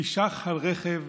/ קישח על רכב,